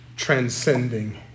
Transcending